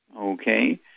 Okay